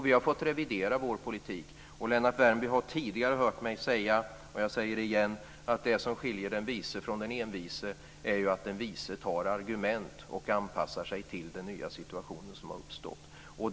Vi har fått revidera vår politik. Lennart Värmby har tidigare hört mig säga, och jag säger det igen, att det som skiljer den vise från den envise är att den vise tar argument och anpassar sig till den nya situationen som har uppstått.